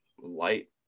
light